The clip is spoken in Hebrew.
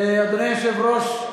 אדוני היושב-ראש,